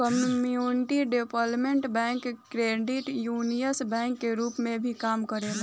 community development bank credit union bank के रूप में भी काम करेला